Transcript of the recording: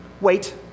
wait